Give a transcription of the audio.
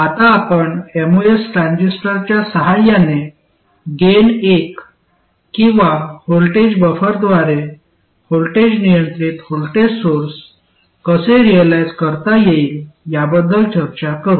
आता आपण एमओएस ट्रान्झिस्टरच्या सहाय्याने गेन एक किंवा व्होल्टेज बफर द्वारे व्होल्टेज नियंत्रित व्होल्टेज सोर्स कसे रिअलाईझ करता येईल याबद्दल चर्चा करू